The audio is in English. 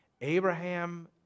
Abraham